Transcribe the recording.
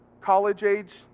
college-age